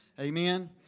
Amen